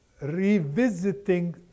revisiting